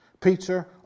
Peter